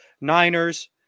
Niners